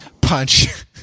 Punch